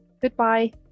Goodbye